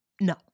No